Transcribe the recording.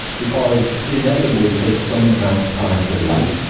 because it inevitably takes some amount of time for light,